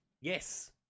Yes